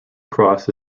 cross